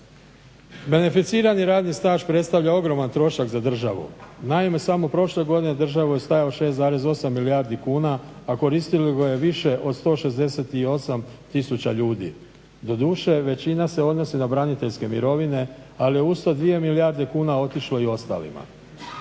Beneficirani radni staž predstavlja ogroman trošak za državu, naime samo prošle godine državu je stajao 6,8 milijardi kuna, a koristilo ga je više od 168 000 ljudi. Doduše većina se odnosi na braniteljske mirovine, ali je uz to 2 milijarde kuna otišlo i ostalima.